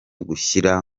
gushyira